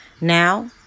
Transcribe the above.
Now